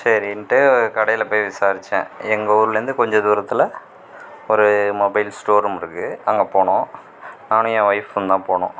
சரின்ட்டு கடையில் போய் விசாரிச்சேன் எங்கள் ஊர்லந்து கொஞ்ச தூரத்தில் ஒரு மொபைல் ஸ்டோர் ரூம் இருக்கு அங்கே போனோம் நானும் என் ஒய்ஃபும் தான் போனோம்